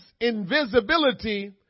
invisibility